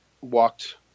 walked